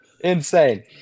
Insane